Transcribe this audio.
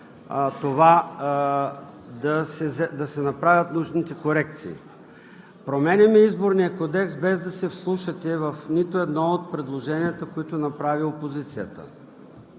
това да се направят нужните корекции. Променяме Изборния кодекс, без да се вслушате в нито едно от предложенията, които направи опозицията.